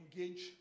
Engage